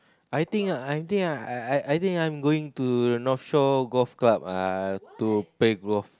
I think I think I I I I think I'm going to North shore Golf Club ah to play golf